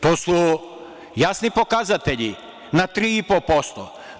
To su jasni pokazatelji na 3,5%